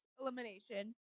elimination